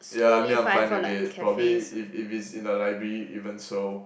yeah I mean I'm fine with it probably if if it's in the library even so